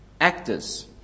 actors